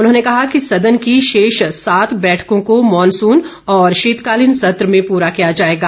उन्होंने कहा कि सदन की शेष सात बैठकों को मानसून और शीतकालीन सत्र में पूरा किया जाएगा